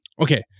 Okay